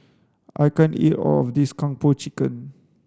I can't eat all of this kung po chicken